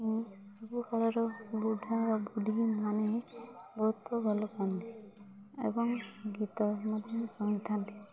ଓ ଆଗକାଳର ବୁଢ଼ା ଓ ବୁଢ଼ୀମାନେ ବହୁତ ଭଲ ପାଆନ୍ତି ଏବଂ ଗୀତ ମଧ୍ୟ ଶୁଣିଥାନ୍ତି